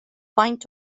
faint